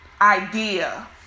idea